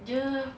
dia